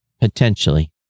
Potentially